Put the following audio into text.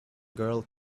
girl